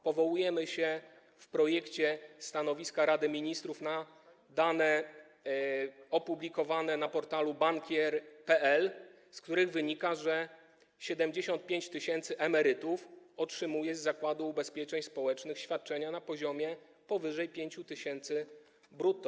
Powołujemy się w projekcie stanowiska Rady Ministrów na dane opublikowane na portalu Bankier.pl, z których wynika, że 75 tys. emerytów otrzymuje z Zakładu Ubezpieczeń Społecznych świadczenia na poziomie powyżej 5 tys. brutto.